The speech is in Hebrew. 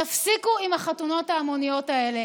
תפסיקו עם החתונות ההמוניות האלה.